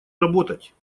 работать